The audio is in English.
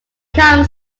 calm